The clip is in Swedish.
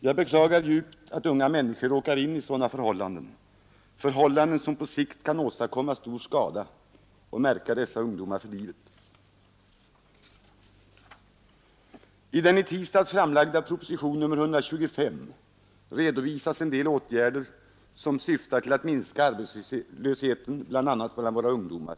Jag beklagar djupt att unga människor råkar in i sådana förhållanden som på sikt kan åstadkomma skada och märka dessa ungdomar för livet. I den i tisdags framlagda propositionen 125 redovisas en del åtgärder, som syftar till att minska arbetslösheten bl.a. bland våra ungdomar.